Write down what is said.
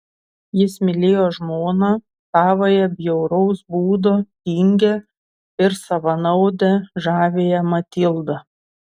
jis mylėjo žmoną savąją bjauraus būdo tingią ir savanaudę žaviąją matildą